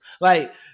Like-